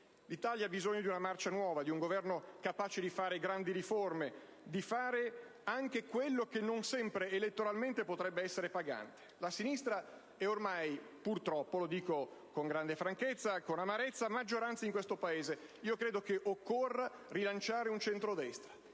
L'Italia ha bisogno di una marcia nuova, di un Governo capace di fare grandi riforme, di fare anche quello che non sempre elettoralmente potrebbe essere pagante. La sinistra è ormai, purtroppo, - lo dico con grande franchezza ed amarezza - maggioranza in questo Paese. Io credo che occorra rilanciare il centrodestra.